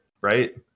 right